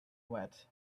wet